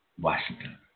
Washington